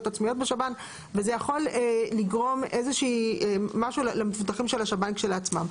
עצמיות בשב"ן וזה יכול לגרום משהו למבוטחים של השב"ן כשלעצמם.